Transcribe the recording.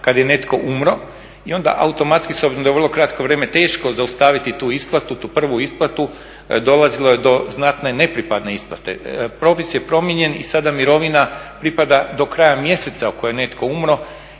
kada je netko umro i onda automatski, s obzirom da je vrlo kratko vrijeme teško zaustaviti tu isplatu, tu prvu isplatu, dolazilo je do znatne nepripadne isplate. Propis je promijenjen i sada mirovina pripada do kraja mjeseca ako je netko umro